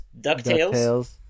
Ducktales